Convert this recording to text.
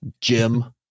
Jim